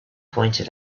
pointed